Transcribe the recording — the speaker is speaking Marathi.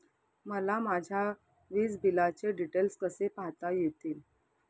मला माझ्या वीजबिलाचे डिटेल्स कसे पाहता येतील?